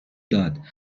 داد